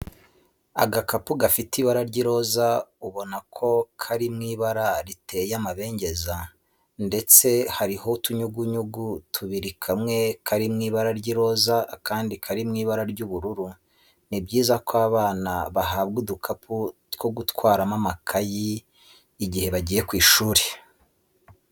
Agakapu gafite ibara ry'iroza ubona ko kari mu ibara riteye amabengeza ndetse hariho utunyugunyugu tubiri kamwe kari mu ibara ry'iroza, akandi kari mu ibara ry'ubururu. Ni byiza ko abana bahabwa udukapu two gutwaramo amakayi igihe bagiye ku ishuri.